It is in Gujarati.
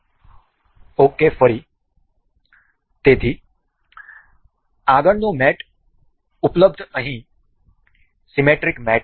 ok ફરી તેથી આગળનો મેટ ઉપલબ્ધ અહીં સીમેટ્રિક મેટ છે